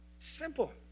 Simple